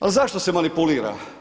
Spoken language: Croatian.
A zašto se manipulira?